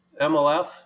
MLF